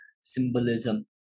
symbolism